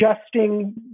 adjusting